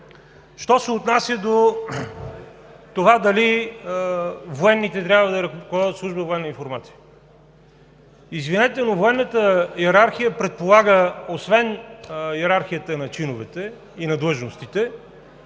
Що се отнася до това дали военните трябва да ръководят Служба „Военна информация“. Извинете, но военната йерархия предполага, освен йерархията на чиновете и на длъжностите,